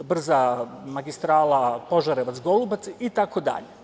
brza magistrala Požarevac-Golubac itd.